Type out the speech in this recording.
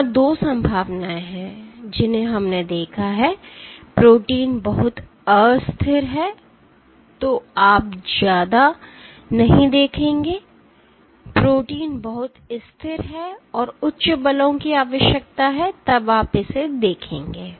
यहां 2 संभावनाएं हैं जिन्हें हमने देखा है प्रोटीन बहुत अस्थिर है तो आप ज्यादा नहीं देखेंगे प्रोटीन बहुत स्थिर है और उच्च बलों की आवश्यकता है तब आप इसे देखेंगे